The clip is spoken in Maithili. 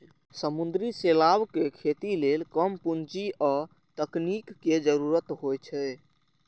समुद्री शैवालक खेती लेल कम पूंजी आ तकनीक के जरूरत होइ छै